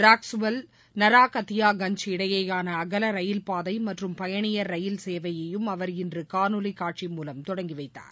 ராக்சுவல் நராகத்தியாகஞ்ச் இடையேயாள அகல ரயில் பாதை மற்றும் பயனியர் ரயில் சேவையையும் அவர் இன்று காணொலி காட்சி மூலம் தொடங்கி வைத்தார்